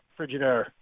Frigidaire